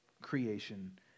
creation